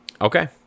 okay